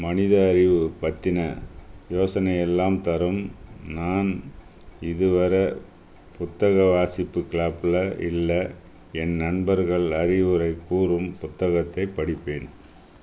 மனித அறிவு பற்றின யோசனை எல்லாம் தரும் நான் இதுவரை புத்தக வாசிப்பு க்ளப்பில் இல்லை என் நண்பர்கள் அறிவுரை கூறும் புத்தகத்தை படிப்பேன்